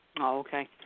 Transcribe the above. okay